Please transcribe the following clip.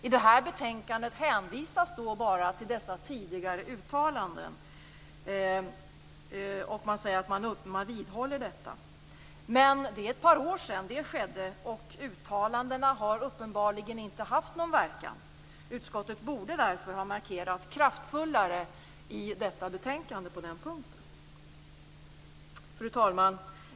I det här betänkandet hänvisas bara till dessa tidigare uttalanden, och utskottet menar att man nu vidhåller den uppfattningen. Men det är ett par år sedan uttalandena gjordes, och de har uppenbarligen inte haft någon verkan. Utskottet borde därför ha markerat den punkten kraftfullare i detta betänkande. Fru talman!